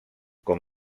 com